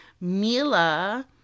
Mila